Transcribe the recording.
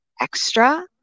extra